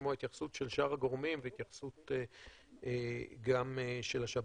לשמוע התייחסות של שאר הגורמים והתייחסות גם של השב"כ.